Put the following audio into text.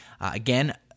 again